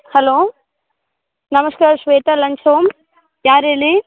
hello ನಮಸ್ಕಾರ Shweta lunch home ಯಾರು ಹೇಳಿ